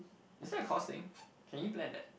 is that the cost thing can you plan that